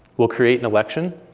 we'll create an election.